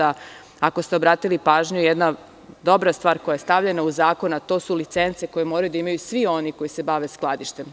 Ako ste obratili pažnju, jedna dobra stvar koja je stavljena u zakon su licence koje moraju da imaju svi oni koji se bave skladištem.